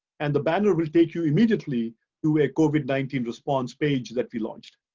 and the banner will take you immediately to a covid nineteen response page that we launched.